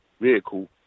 vehicle